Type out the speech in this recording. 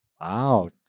Wow